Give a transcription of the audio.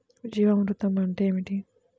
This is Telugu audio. జీవామృతం అంటే ఏమిటి?